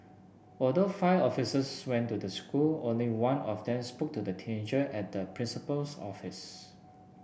although five officers went to the school only one of them spoke to the teenager at the principal's office